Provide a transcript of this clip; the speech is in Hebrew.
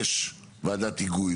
יש ועדת היגוי.